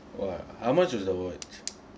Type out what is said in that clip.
!wah! how much is the watch